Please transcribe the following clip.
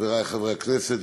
חברי חברי הכנסת,